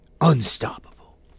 unstoppable